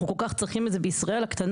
אנחנו כל כך צריכים את זה בישראל הקטנה,